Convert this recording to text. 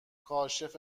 کاشف